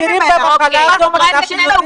אנחנו מכירים את המחלה הזאת --- סליחה,